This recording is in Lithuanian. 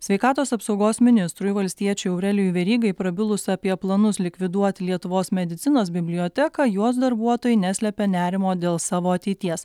sveikatos apsaugos ministrui valstiečiui aurelijui verygai prabilus apie planus likviduot lietuvos medicinos biblioteką jos darbuotojai neslepia nerimo dėl savo ateities